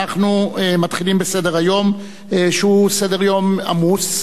אנחנו מתחילים בסדר-יום שהוא סדר-יום עמוס,